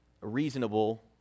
reasonable